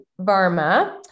Varma